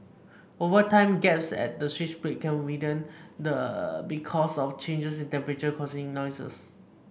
over time gaps at the switch plate can widen the because of changes in temperature causing noise